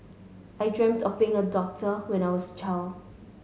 I dreamt of becoming a doctor when I was child